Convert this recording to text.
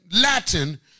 Latin